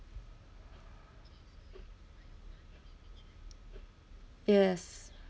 yes